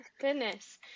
goodness